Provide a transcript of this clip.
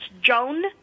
Joan